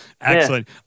Excellent